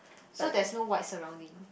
so there's no white surrounding